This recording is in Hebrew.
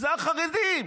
זה החרדים.